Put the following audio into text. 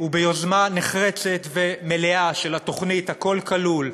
ביוזמה נחרצת ומלאה של התוכנית "הכול כלול"